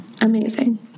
Amazing